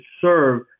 serve